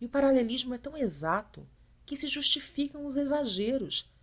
e o paralelismo é tão exato que se justificam os exageros